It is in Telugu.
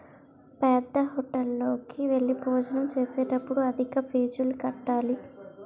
పేద్దహోటల్లోకి వెళ్లి భోజనం చేసేటప్పుడు అధిక ఫీజులు కట్టాలి